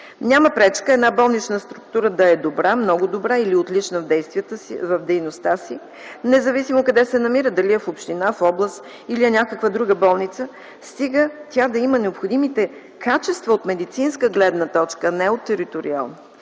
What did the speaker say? Няма пречка една болнична структура да е добра, много добра или отлична в дейността си, независимо къде се намира – дали е в община, в област или е някаква друга болница, стига тя да има необходимите качества от медицинска гледна точка, а не от териториална.